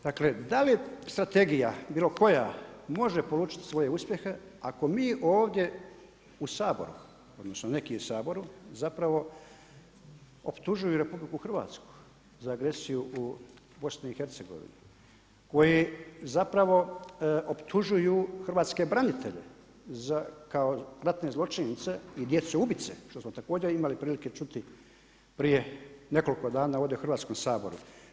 Dakle, da li strategija bilo koja može polučiti svoje uspjehe ako mi ovdje u Saboru, odnosno neki u Saboru zapravo optužuju RH za agresiju u BiH, koji zapravo optužuju hrvatske branitelje kao ratne zločince i djecu ubice što smo također imali prilike čuti prije nekoliko dana ovdje u Hrvatskom saboru.